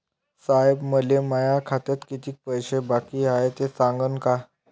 साहेब, मले माया खात्यात कितीक पैसे बाकी हाय, ते सांगान का?